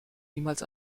niemals